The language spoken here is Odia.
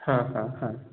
ହଁ ହଁ ହଁ